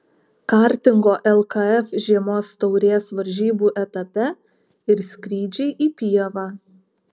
kartingo lkf žiemos taurės varžybų etape ir skrydžiai į pievą